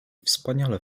wspaniale